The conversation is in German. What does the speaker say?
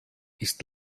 ist